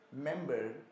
member